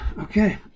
Okay